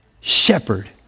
shepherd